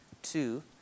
Two